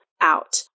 out